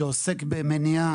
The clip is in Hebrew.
שעוסק במניעה,